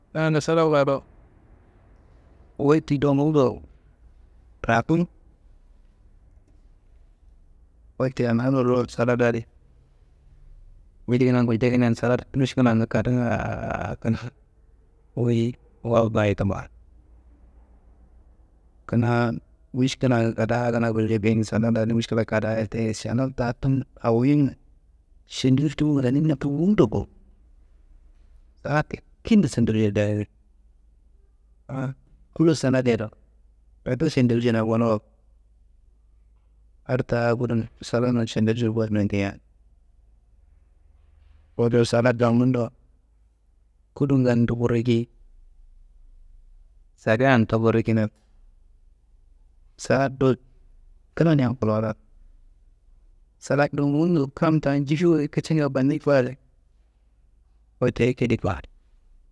Kina da saladuwa bo. Wuyi ti do gundo rakunu. Wote ana laro saladadi wori kuna guljekinadi salad miškilangu kada ngaa tena, wuyi wakayi tumma. Kina miškila kadaa gulnjekin saladadi miškila kadaa teye. Salad ta tumu awoyimu šendiwuš tumu wuranimina tumu gundo bo. Salad ti kindiso doyi dayoyi. An kuloso ana deyiro, gato šendiwušiyena gonuwo adi ta gudun saladuma šendiwuš goye nondea, koduwo salad ta gundo kudunga n tuku riki, sekaya n tuku rikina salad do klanin kulo do, salad do gundo kam ta njifi wayi kicinga faniki ba deye. Wote ekedi kuwa.